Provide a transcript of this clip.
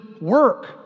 work